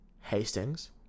Hastings